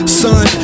son